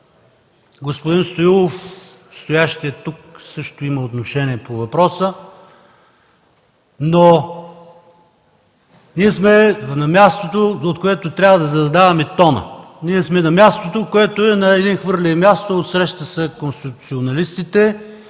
господин Стоилов, стоящ тук, също има отношение към въпроса. Ние сме на мястото, на което трябва да задаваме тона, ние сме на мястото, което е на един хвърлей – отсреща са конституционалистите